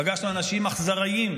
פגשנו אנשים אכזריים.